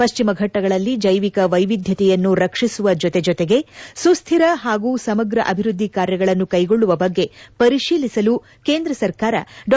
ಪಶ್ಚಿಮ ಘಟ್ವಗಳಲ್ಲಿ ಜೈವಿಕ ವೈವಿದ್ಯತೆಯನ್ನು ರಕ್ಷಿಸುವ ಜೊತೆ ಜೊತೆಗೆ ಸುಸ್ದಿರ ಹಾಗೂ ಸಮಗ್ರ ಅಭಿವ್ವದ್ದಿ ಕಾರ್ಯಗಳನ್ನು ಕೈಗೊಳ್ಳುವ ಬಗ್ಗೆ ಪರಿಶೀಲಿಸಲು ಕೇಂದ್ರ ಸರ್ಕಾರ ಡಾ